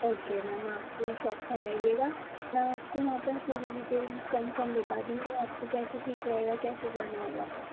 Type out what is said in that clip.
okay ma'am آپ میری shop پر آئیے گا میں آپ کو وہاں پر پوری ڈیٹیل کنفرم بتا دوں گی آپ کو کیسے ٹھیک رہے گا کیسے جانا ہوگا